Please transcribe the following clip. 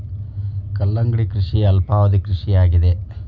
ಕಲ್ಲಂಗಡಿ ಕೃಷಿಯ ಅಲ್ಪಾವಧಿ ಕೃಷಿ ಆಗಿದೆ